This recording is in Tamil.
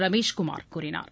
ரமேஷ் குமார் கூறினார்